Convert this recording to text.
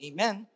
Amen